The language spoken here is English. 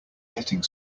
getting